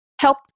help